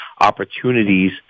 opportunities